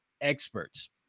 experts